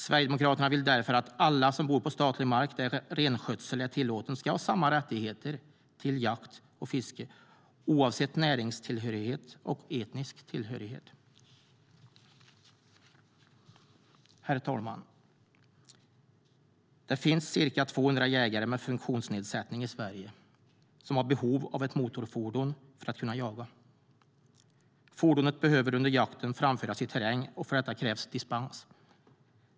Sverigedemokraterna vill därför att alla som bor på statlig mark där renskötsel är tillåten ska ha samma rättigheter till jakt och fiske oavsett näringstillhörighet och etnisk tillhörighet. Herr talman! Det finns ca 200 jägare med funktionsnedsättning i Sverige som har behov av ett motorfordon för att kunna jaga. Fordonet behöver under jakten framföras i terräng, och för detta krävs dispens.